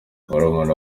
murumuna